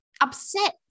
upset